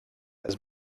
has